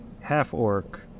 half-orc